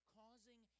causing